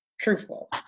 truthful